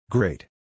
Great